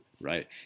right